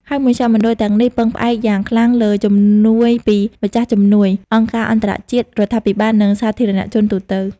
ហើយមជ្ឈមណ្ឌលទាំងនេះពឹងផ្អែកយ៉ាងខ្លាំងលើជំនួយពីម្ចាស់ជំនួយ អង្គការអន្តរជាតិ រដ្ឋាភិបាល និងសាធារណជនទូទៅ។